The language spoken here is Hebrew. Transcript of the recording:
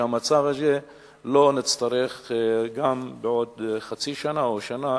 שבמצב הזה לא נצטרך בעוד חצי שנה או שנה